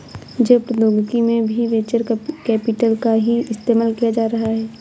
जैव प्रौद्योगिकी में भी वेंचर कैपिटल का ही इस्तेमाल किया जा रहा है